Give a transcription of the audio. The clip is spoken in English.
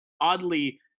oddly